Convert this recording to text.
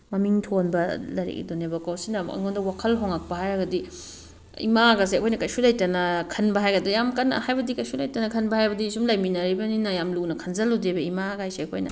ꯃꯃꯤꯡ ꯊꯣꯟꯕ ꯂꯥꯏꯔꯤꯛ ꯑꯗꯨꯅꯦꯕꯀꯣ ꯁꯤꯅ ꯑꯃꯨꯛ ꯑꯩꯉꯣꯅꯗ ꯋꯥꯈꯜ ꯍꯣꯡꯉꯛꯄ ꯍꯥꯏꯔꯒꯗꯤ ꯏꯃꯥꯒꯁꯦ ꯑꯩꯈꯣꯏꯅ ꯀꯩꯁꯨ ꯂꯩꯇꯅ ꯈꯟꯕ ꯍꯥꯏꯒꯗ꯭ꯔ ꯌꯥꯝ ꯀꯟꯅ ꯍꯥꯏꯕꯗꯤ ꯀꯩꯁꯨ ꯂꯩꯇꯅ ꯈꯟꯕ ꯍꯥꯏꯕꯗꯤ ꯁꯨꯝ ꯂꯩꯃꯤꯟꯅꯔꯛꯏꯕꯅꯤꯅ ꯌꯥꯝ ꯂꯨꯅ ꯈꯟꯖꯤꯜꯂꯨꯗꯦꯕ ꯏꯃꯥ ꯀꯥꯏꯁꯦ ꯑꯩꯈꯣꯏꯅ